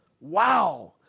Wow